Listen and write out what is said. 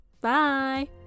Bye